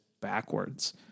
backwards